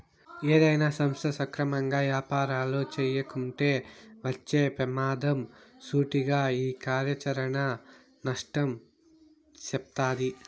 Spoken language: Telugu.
ఏదైనా సంస్థ సక్రమంగా యాపారాలు చేయకుంటే వచ్చే పెమాదం సూటిగా ఈ కార్యాచరణ నష్టం సెప్తాది